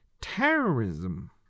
terrorism